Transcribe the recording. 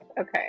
Okay